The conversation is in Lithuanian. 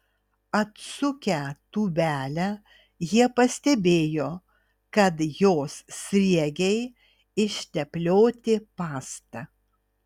atsukę tūbelę jie pastebėjo kad jos sriegiai išteplioti pasta